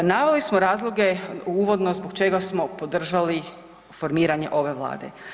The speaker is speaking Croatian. Naveli smo razloge uvodno zbog čega smo podržali formiranje ove Vlade.